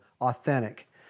authentic